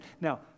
Now